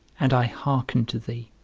and i hearken to thee,